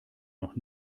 noch